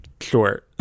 Sure